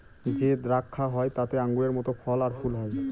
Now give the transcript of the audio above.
যে দ্রাক্ষা হয় তাতে আঙুরের মত ফল আর ফুল হয়